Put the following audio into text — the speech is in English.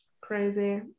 crazy